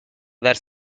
were